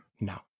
No